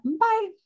Bye